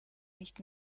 nicht